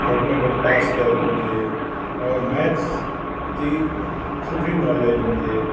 घट में घटि पास कयल हुजे और मैथस जी सुठी नॉलेज हुजे